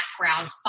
background